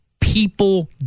people